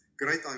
Great